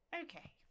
Okay